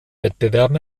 wettbewerben